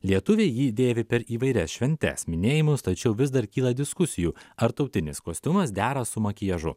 lietuviai jį dėvi per įvairias šventes minėjimus tačiau vis dar kyla diskusijų ar tautinis kostiumas dera su makiažu